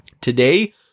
Today